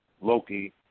Loki